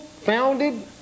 founded